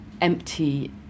empty